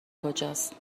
کجاست